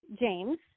James